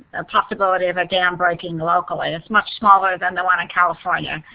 a possibility of a dam breaking locally it's much smaller than the one in california,